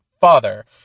father